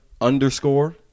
underscore